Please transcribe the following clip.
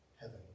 heaven